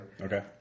Okay